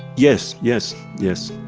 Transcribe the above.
yes, yes, yes